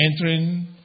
entering